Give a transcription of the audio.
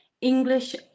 English